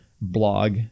blog